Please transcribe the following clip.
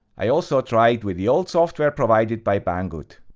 i also tried with the old software provided by bangood.